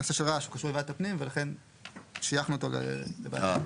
הנושא של רעש קשור לוועדת הפנים ולכן שייכנו אותו לוועדת הפנים.